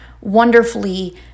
wonderfully